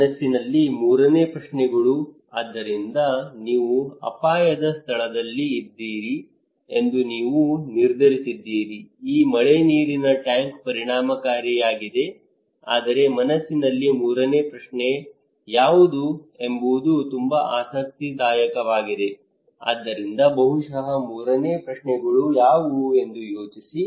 ಮನಸ್ಸಿನಲ್ಲಿ ಮೂರನೇ ಪ್ರಶ್ನೆಗಳು ಆದ್ದರಿಂದ ನೀವು ಅಪಾಯದ ಸ್ಥಳದಲ್ಲಿ ಇದ್ದೀರಿ ಎಂದು ನೀವು ನಿರ್ಧರಿಸಿದ್ದೀರಿ ಈ ಮಳೆನೀರಿನ ಟ್ಯಾಂಕ್ ಪರಿಣಾಮಕಾರಿಯಾಗಿದೆ ಆದರೆ ಮನಸ್ಸಿನಲ್ಲಿ ಮೂರನೇ ಪ್ರಶ್ನೆ ಯಾವುದು ಎಂಬುದು ತುಂಬಾ ಆಸಕ್ತಿದಾಯಕವಾಗಿದೆ ಆದ್ದರಿಂದ ಬಹುಶಃ ಮೂರನೇ ಪ್ರಶ್ನೆಗಳು ಯಾವುವು ಎಂದು ಯೋಚಿಸಿ